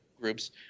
groups